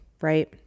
right